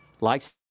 likes